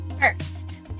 First